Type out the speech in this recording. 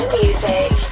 music